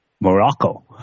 Morocco